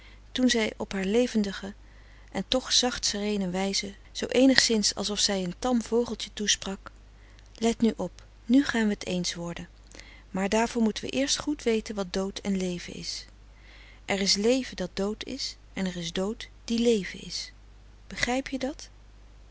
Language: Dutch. toen zij op haar levendige en toch zacht sereene wijze zoo eenigszins alsof zij een tam vogeltje toesprak let nu op nu gaan we t eens worden maar daarvoor moeten we eerst goed weten wat dood en leven is er is leven dat dood is en er is dood die leven is begrijp je dat